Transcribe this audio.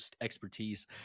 expertise